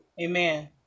Amen